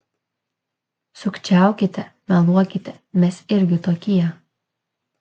sukčiaukite meluokite mes irgi tokie